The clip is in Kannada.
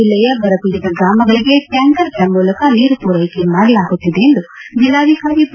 ಜಿಲ್ಲೆಯ ಬರ ಪೀಡಿತ ಗ್ರಾಮಗಳಿಗೆ ಟ್ಯಾಂಕರ್ ಗಳ ಮೂಲಕ ನೀರು ಪೂರೈಕೆ ಮಾಡಲಾಗುತ್ತಿದೆ ಎಂದು ಜಿಲ್ಲಾಧಿಕಾರಿ ಬಿ